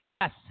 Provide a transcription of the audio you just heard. Yes